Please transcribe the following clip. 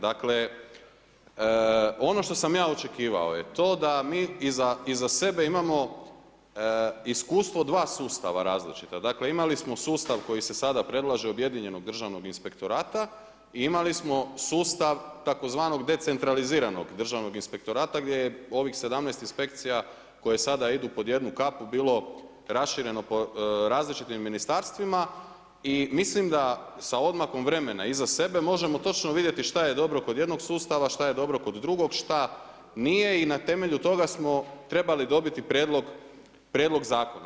Dakle, ono što sam ja očekivao je to da mi iza sebe imamo iskustvo dva sustava različita, dakle imali smo sustav koji se sada predlaže objedinjenog državnog inspektorata i imali smo sustav tzv. decentraliziranog državnog inspektorata, gdje je ovih 17 inspekcija koje sada idu pod jednu kapu bilo rašireno po različitim ministarstvima i mislim da sa odmakom vremena iza sebe možemo točno vidjeti što je dobro kod jednog sustava, šta je dobro kod drugog, šta nije i na temelju toga smo trebali dobiti prijedlog zakona.